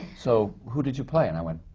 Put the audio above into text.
so who did you play? and i went,